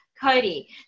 Cody